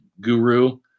guru